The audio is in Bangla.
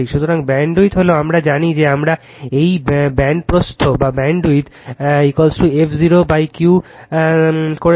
সুতরাং ব্যান্ডউইথ হল আমরা জানি যে আমরা এটি ব্যান্ড প্রস্থf 0 Q করেছি